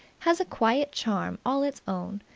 has a quiet charm all its own,